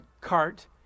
cart